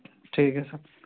ٹھیک ہے سر